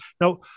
Now